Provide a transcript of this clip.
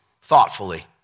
thoughtfully